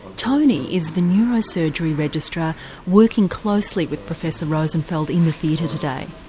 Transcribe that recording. tony is the neurosurgery registrar working closely with professor rosenfeld in the theatre today.